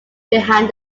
behind